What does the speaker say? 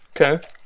Okay